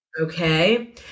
Okay